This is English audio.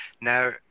now